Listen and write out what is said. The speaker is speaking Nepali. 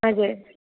हजुर